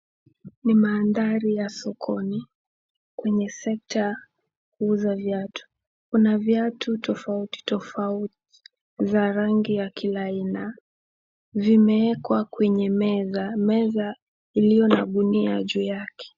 Ni maandali ya sokoni kwenye sekta ya kuuza viatu. Kuna viatu tofauti tofauti za rangi ya kila aina zimewekwa kwenye meza iliyo na ngunia juu yake.